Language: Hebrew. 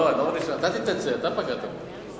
לא, אתה תתנצל, אתה פגעת בו.